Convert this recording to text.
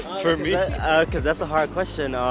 sort of yeah because that's a hard question. um